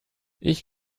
ich